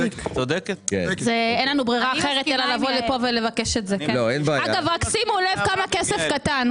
שימו לב כמה כסף קטן.